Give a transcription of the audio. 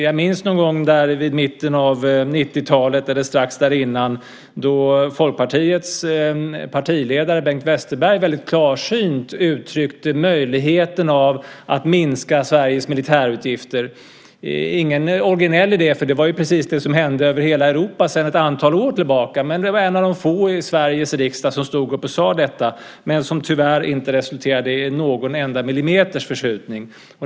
Jag minns någon gång i mitten av 90-talet eller strax innan, då Folkpartiets partiledare Bengt Westerberg väldigt klarsynt uttryckte möjligheten att minska Sveriges militärutgifter. Det var ingen originell idé, för det var ju precis det som hade hänt över hela Europa sedan ett antal år tillbaka. Men han var en av de få i Sveriges riksdag som stod upp och sade detta, vilket tyvärr inte resulterade i någon enda millimeters förskjutning.